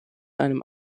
einem